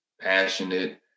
passionate